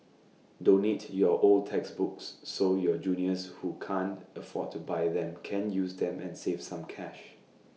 donate your old textbooks so your juniors who can't afford to buy them can use them and save some cash